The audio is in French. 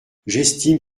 j’estime